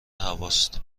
هواست